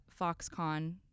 Foxconn